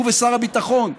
הוא ושר הביטחון,